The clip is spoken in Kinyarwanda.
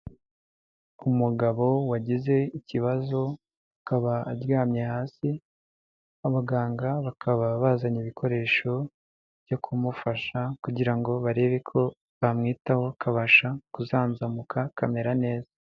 Umugabo wagize ikibazo akaba aryamye hasi, abaganga bakaba bazanye ibikoresho byo kumufasha kugira barebe ko bamwitaho akabasha kuzanzamuka akamera neza.